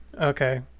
Okay